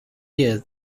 year